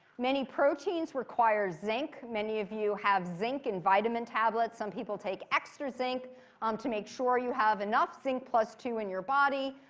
many proteins require zinc. many of you have zinc in vitamin tablets. some people take extra zinc um to make sure you have enough zinc plus two in your body.